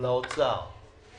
למשרד האוצר?